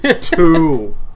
Two